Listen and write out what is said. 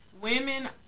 women